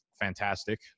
fantastic